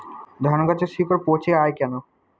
ধানগাছের শিকড় পচে য়ায় কেন?